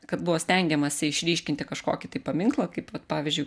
kad buvo stengiamasi išryškinti kažkokį tai paminklą kaip pavyzdžiui